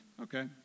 Okay